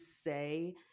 say